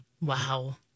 Wow